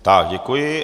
Tak děkuji.